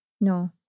No